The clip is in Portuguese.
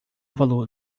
valor